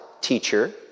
teacher